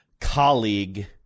colleague